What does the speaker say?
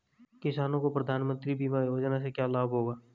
किसानों को प्रधानमंत्री बीमा योजना से क्या लाभ होगा?